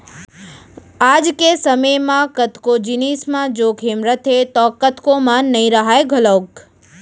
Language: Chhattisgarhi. आज के समे म कतको जिनिस म जोखिम रथे तौ कतको म नइ राहय घलौक